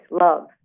love